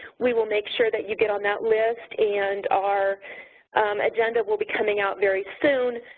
we will make sure that you get on that list and our agenda will be coming out very soon.